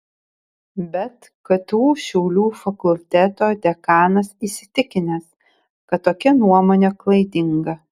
bet ktu šiaulių fakulteto dekanas įsitikinęs kad tokia nuomonė klaidinga